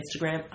Instagram